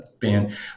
band